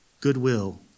goodwill